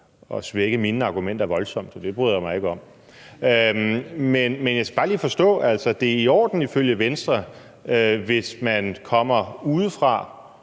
at svække mine argumenter voldsomt, og det bryder jeg mig ikke om. Men jeg skal bare lige forstå det. Altså, det er ifølge Venstre i orden,